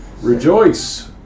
Rejoice